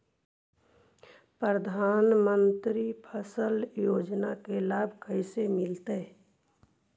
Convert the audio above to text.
प्रधानमंत्री फसल योजना के लाभ कैसे मिलतै?